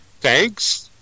thanks